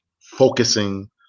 focusing